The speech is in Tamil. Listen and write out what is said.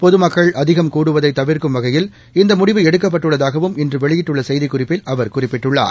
பொதுமக்கள் அதிகம் கூடுவதை தவிரக்கும் வகையில் இந்த முடிவு எடுக்கப்பட்டுள்ளதாகவும் இன்று வெளியிட்டுள்ள செய்திக்குறிப்பில் அவர் குறிப்பிட்டுள்ளார்